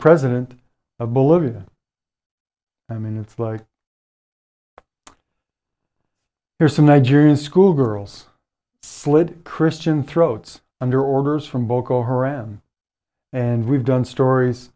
president of bolivia i mean it's like there's some nigerian schoolgirls slid christian throats under orders from boko her m and we've done stories